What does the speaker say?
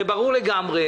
זה ברור לגמרי.